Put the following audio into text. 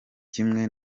kimwe